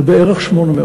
זה בערך 800,